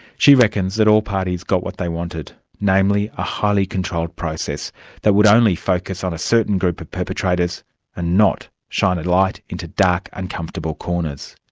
she reckons that all parties got what they wanted, namely a highly controlled process that would only focus on a certain group of perpetrators and not shine a light into dark, uncomfortable corners.